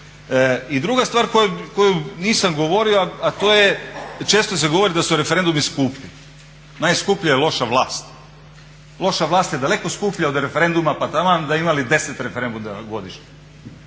I druga stvar koju nisam govorio a to je često se govori da su referendumi skupi. Najskuplja je loša vlast. Loša vlast je daleko skuplja od referenduma pa taman da imali 10 referenduma godišnje.